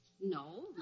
No